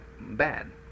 bad